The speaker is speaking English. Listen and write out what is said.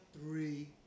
three